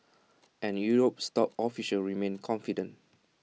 and Europe's top officials remain confident